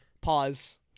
Pause